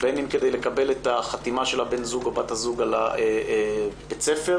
בין אם כדי לקבל את החתימה של בן הזוג או בת הזוג ואישורו על בית הספר,